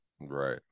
right